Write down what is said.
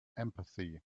empathy